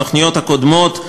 בתוכניות הקודמות,